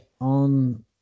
on